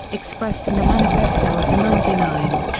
expressed in the manifesto of the ninety nine.